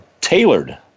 tailored